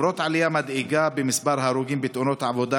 למרות העלייה המדאיגה במספר ההרוגים בתאונות העבודה,